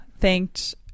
thanked